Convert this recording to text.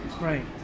right